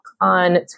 on